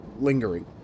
lingering